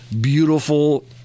beautiful